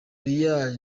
real